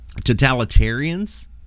totalitarians